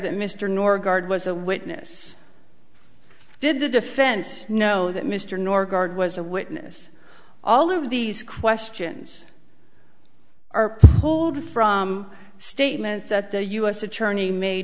that mr norgaard was a witness did the defense know that mr norgaard was a witness all of these questions are pulled from statements that the u s attorney made